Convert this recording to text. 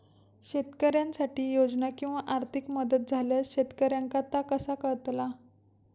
शेतकऱ्यांसाठी योजना किंवा आर्थिक मदत इल्यास शेतकऱ्यांका ता कसा कळतला?